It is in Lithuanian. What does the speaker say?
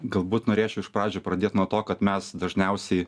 galbūt norėčiau iš pradžių pradėt nuo to kad mes dažniausiai